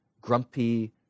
grumpy